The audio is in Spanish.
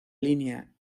línea